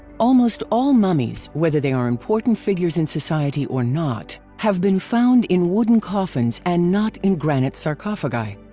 almost all mummies, whether they are important figures in society or not, have been found in wooden coffins and not in granite sarcophagi.